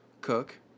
Cook